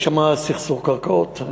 יש שם סכסוך קרקעות,